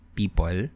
people